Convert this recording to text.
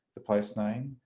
the placename,